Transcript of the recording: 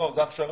לא, זה הכשרה.